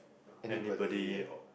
anybody or